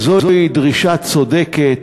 זוהי דרישה צודקת,